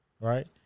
right